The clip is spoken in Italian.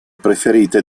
preferite